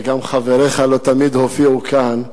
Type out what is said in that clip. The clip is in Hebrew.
וגם חבריך לא תמיד הופיעו כאן.